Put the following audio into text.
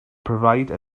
provide